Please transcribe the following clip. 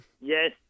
yes